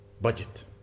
budget